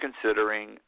considering